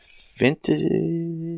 Vintage